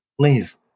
please